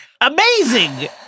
Amazing